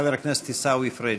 חבר הכנסת עיסאווי פריג'.